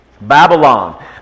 Babylon